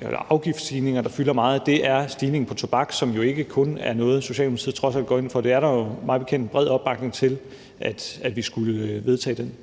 de afgiftsstigninger, som fylder meget i den her diskussion, er stigningen på tobak, som jo trods alt ikke kun er noget, Socialdemokratiet går ind for. Der er mig bekendt en bred opbakning til, at vi skal vedtage den.